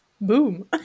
Boom